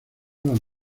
las